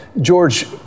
George